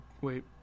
wait